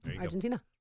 Argentina